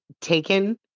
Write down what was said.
taken